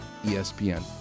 ESPN